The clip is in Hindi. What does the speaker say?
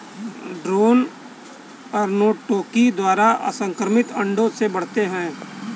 ड्रोन अर्नोटोकी द्वारा असंक्रमित अंडों से बढ़ते हैं